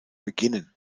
beginnen